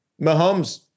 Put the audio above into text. Mahomes